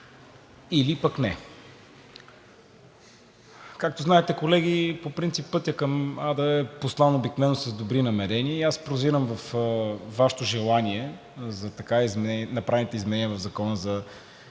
или пък не. Както знаете, колеги, по принцип пътят към ада е постлан обикновено с добри намерения и аз подозирам във Вашето желание да направените изменения в Закона за